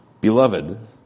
Beloved